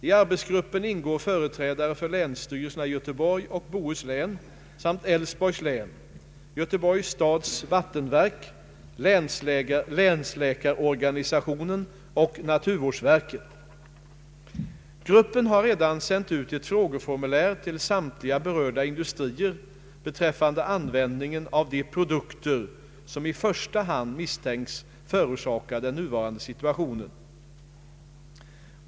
I arbetsgruppen ingår företrädare för länsstyrelserna i Göteborgs och Bohus län samt Älvsborgs län, Göteborgs stads vattenverk, länsläkarorganisationen och naturvårdsverket. Gruppen har redan sänt ut ett frågeformulär till samtliga berörda industrier beträffande användningen av de produkter som i första hand misstänks förorsaka den nuvarande situationen.